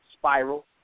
spiral